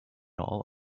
all